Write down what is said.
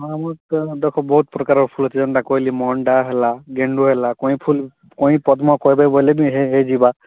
ହଁ ମୁଁ ତ ବହୁତ୍ ପ୍ରକାର ଫୁଲ ଯେନ୍ତା କହିଲି ମଣ୍ଡା ହେଲା ଗେଣ୍ଡୁ ହେଲା କଇଁ ଫୁଲ୍ କଉଁ ପଦ୍ମ କର୍ବେ ବୋଲେ ଦୁହେଁ ହେଇଯିବା